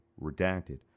Redacted